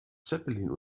zeppelin